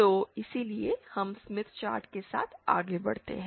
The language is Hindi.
तो इसलिए हम स्मिथ चार्ट के साथ आगे बढ़ते हैं